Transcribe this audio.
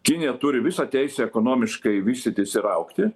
kinija turi visą teisę ekonomiškai vystytis ir augti